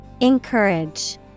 Encourage